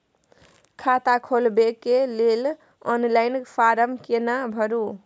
खाता खोलबेके लेल ऑनलाइन फारम केना भरु?